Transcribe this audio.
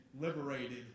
liberated